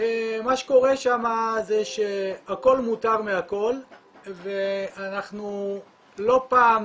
מה שקורה שם זה שהכל מותר מהכל ואנחנו לא פעם,